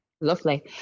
lovely